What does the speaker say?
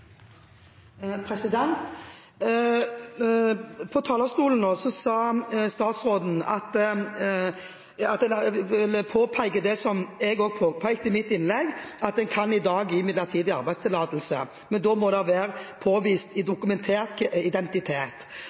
som jeg også påpekte i mitt innlegg, at en i dag kan gi midlertidig arbeidstillatelse, men da må det være påvist dokumentert identitet.